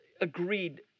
agreed